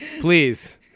Please